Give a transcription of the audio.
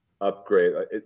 upgrade